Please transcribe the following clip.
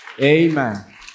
Amen